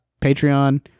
Patreon